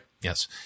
Yes